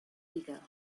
illegal